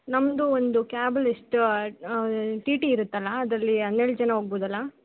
ನಮ್ಮದು ಒಂದು ಕ್ಯಾಬಲ್ಲಿ ಎಷ್ಟು ಟಿ ಟಿ ಇರುತ್ತಲ್ಲಾ ಅದರಲ್ಲಿ ಹನ್ನೆರಡು ಜನ ಹೋಗ್ಬೋದಲಾ